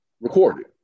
recorded